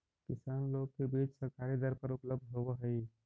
किसान लोग के बीज सरकारी दर पर उपलब्ध होवऽ हई